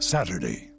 Saturday